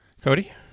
Cody